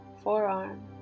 Forearm